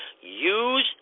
Use